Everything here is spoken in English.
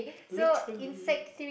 literally